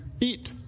eat